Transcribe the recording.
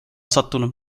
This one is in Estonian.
sattunud